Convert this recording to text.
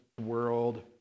world